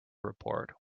report